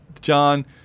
John